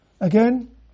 again